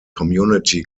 community